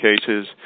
cases